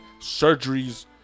surgeries